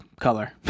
color